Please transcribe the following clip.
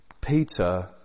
Peter